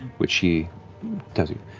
which he tells you,